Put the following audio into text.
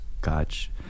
gotch